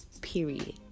period